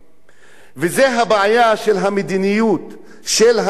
וזאת הבעיה של המדיניות של הממשלה.